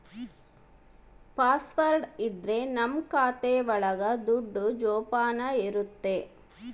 password ಇದ್ರೆ ನಮ್ ಖಾತೆ ಒಳಗ ದುಡ್ಡು ಜೋಪಾನ ಇರುತ್ತೆ